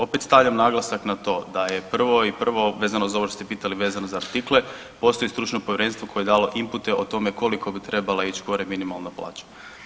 Opet stavljam naglasak na to da je prvo i prvo vezano uz ovo što ste pitali vezano za artikle, postoji stručno povjerenstvo koje je dalo impute o tome koliko bi trebala ići gore minimalna plaća.